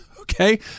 okay